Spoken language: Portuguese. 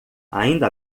ainda